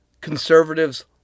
conservatives